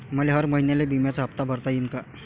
मले हर महिन्याले बिम्याचा हप्ता भरता येईन का?